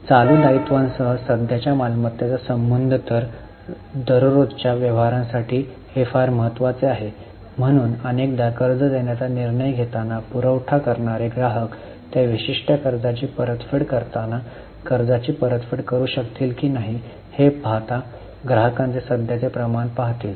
चालू दायित्वांसह सध्याच्या मालमत्तेचा संबंध तर दररोजच्या व्यवहारांसाठी हे फार महत्वाचे आहे म्हणून अनेकदा कर्ज देण्याचा निर्णय घेतांना पुरवठा करणारे ग्राहक त्या विशिष्ट कर्जाची परतफेड करताना कर्जाची परतफेड करू शकतील की नाही हे पाहता ग्राहकांचे सध्याचे प्रमाण पाहतील